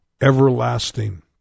everlasting